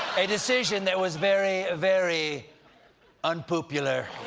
a decision that was very very un-poop-ular.